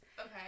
Okay